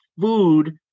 food